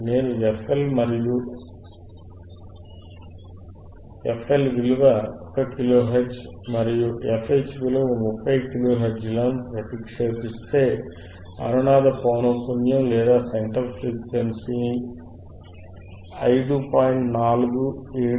నేను fL మరియు విలువ 1 కిలో హెర్ట్జ్ మరియు fH విలువ 30 కిలో హెర్ట్జ్ లను ప్రతిక్షేపిస్తే అనునాద పౌనఃపున్యం లేదా సెంట్రల్ ఫ్రీక్వెన్సీని 5